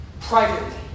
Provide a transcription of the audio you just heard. privately